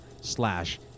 slash